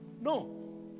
No